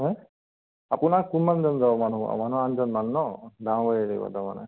আপোনাৰ কিমান জন যাব মানুহ মানুহ আঠজন মান ন ডাঙৰ গাড়ী লাগিব তাৰমানে